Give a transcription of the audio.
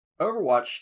Overwatch